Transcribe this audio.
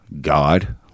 God